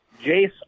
Jace